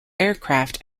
aircraft